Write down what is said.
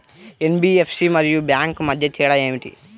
NBFC మరియు bank మధ్య తేడా ఏమిటి?